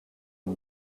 het